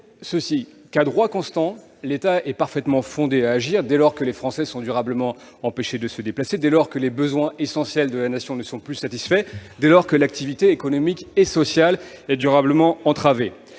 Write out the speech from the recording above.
à droit constant, l'État est parfaitement fondé à agir dès lors que les Français sont durablement empêchés de se déplacer, dès lors que les besoins essentiels de la Nation ne sont plus satisfaits, dès lors que l'activité économique et sociale est durablement entravée.